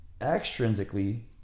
Extrinsically